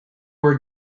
were